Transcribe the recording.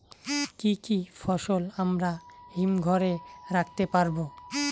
কি কি ফসল আমরা হিমঘর এ রাখতে পারব?